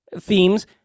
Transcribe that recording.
themes